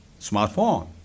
smartphone